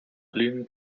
bloom